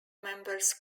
members